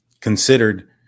considered